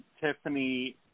Tiffany